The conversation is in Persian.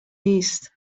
نیست